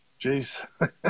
Jeez